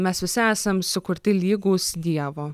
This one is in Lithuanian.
mes visi esam sukurti lygūs dievo